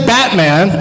Batman